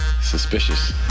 Suspicious